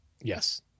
Yes